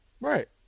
right